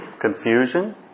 Confusion